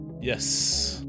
Yes